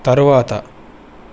తరువాత